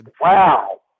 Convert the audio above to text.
Wow